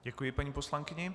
Děkuji paní poslankyni.